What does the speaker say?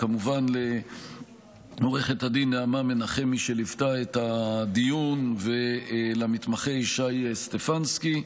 וכמובן לעו"ד נעמה מנחמי שליוותה את הדיון ולמתמחה ישי סטפנסקי.